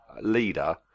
leader